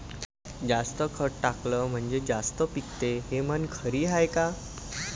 जास्त खत टाकलं म्हनजे जास्त पिकते हे म्हन खरी हाये का?